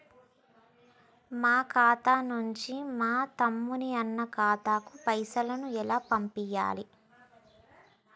మా ఖాతా నుంచి మా తమ్ముని, అన్న ఖాతాకు పైసలను ఎలా పంపియ్యాలి?